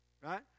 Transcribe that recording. right